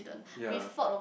ya